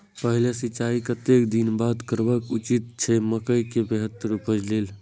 पहिल सिंचाई कतेक दिन बाद करब उचित छे मके के बेहतर उपज लेल?